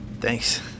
Thanks